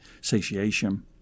satiation